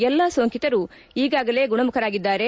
ಎಲ್ಲಾ ಸೋಂಕಿತರು ಈಗಾಗಲೇ ಗುಣಮುಖರಾಗಿದ್ದಾರೆ